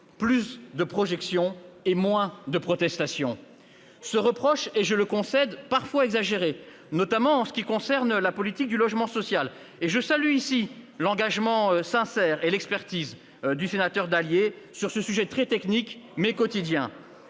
plus de projections et moins de protestations. Ce reproche, je le concède, est parfois exagéré, notamment en ce qui concerne la politique du logement social. Je salue ici l'engagement sincère et l'expertise du sénateur Philippe Dallier sur ce sujet très technique, mais quotidien.